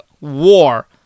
war